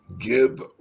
Give